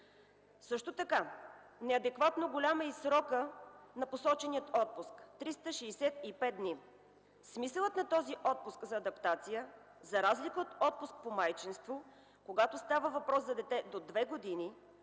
Също така неадекватно голям е и срокът на посочения отпуск – 365 дни. Смисълът на този отпуск за адаптация, за разлика от отпуска по майчинство, когато става въпрос за дете до 2 години,